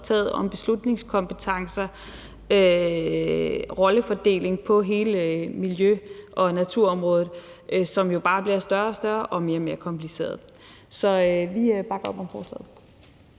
taget om beslutningskompetencer og rollefordeling på hele miljø- og naturområdet, som jo bare bliver større og større og mere og mere kompliceret. Så vi bakker op om forslaget.